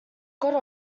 got